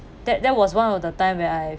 that that was one of the time when I